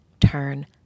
turn